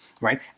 right